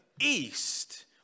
east